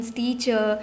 teacher